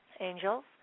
angels